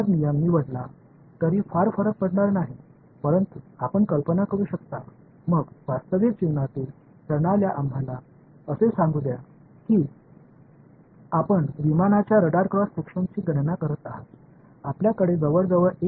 எனவே நீங்கள் ஒரு திறனற்ற குவாட்ரேச்சர் விதியைத் தேர்வுசெய்தாலும் அது மிகவும் பிரச்சனை இல்லை ஆனால் நீங்கள் கற்பனை செய்யலாம் பின்னர் நிஜ வாழ்க்கை அமைப்புகள் ஒரு விமானத்தின் ரேடார் குறுக்குவெட்டைக் கணக்கிடுகிறீர்கள் என்று சொல்லலாம்